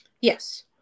Yes